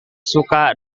suka